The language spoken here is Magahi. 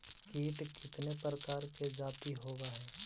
कीट कीतने प्रकार के जाती होबहय?